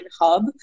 hub